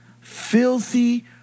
filthy